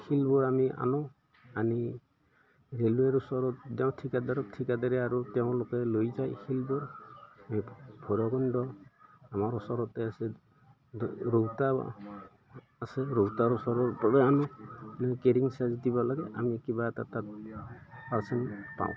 শিলবোৰ আমি আনোঁ আনি ৰেলৱেৰ ওচৰত দেওঁ ঠিকাদাৰক ঠিকাদৰে আৰু তেওঁলোকে লৈ যায় শিলবোৰ ভৈৰৱকুণ্ড আমাৰ ওচৰতে আছে ৰৌতা আছে ৰৌতাৰ ওচৰৰপৰা আনোঁ কেৰিং চাৰ্জ দিব লাগে আমি কিবা এটা তাত পাৰ্চেণ্ট পাওঁ